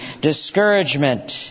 discouragement